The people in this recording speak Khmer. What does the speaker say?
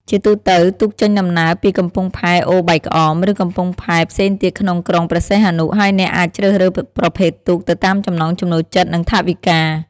ជាទូទៅ ទូកចេញដំណើរពីកំពង់ផែអូបែកក្អម ឬកំពង់ផែផ្សេងទៀតក្នុងក្រុងព្រះសីហនុ ហើយអ្នកអាចជ្រើសរើសប្រភេទទូកទៅតាមចំណង់ចំណូលចិត្ត និងថវិកា។